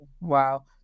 Wow